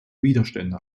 widerstände